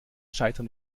scheitern